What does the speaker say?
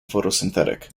photosynthetic